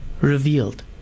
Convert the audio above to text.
revealed